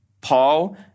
Paul